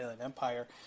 Empire